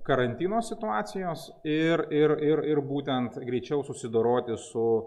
karantino situacijos ir ir ir ir būtent greičiau susidoroti su